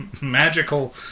magical